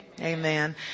Amen